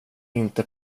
inte